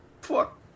Fuck